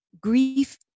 grief